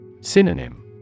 Synonym